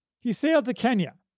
he sailed to kenya,